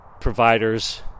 providers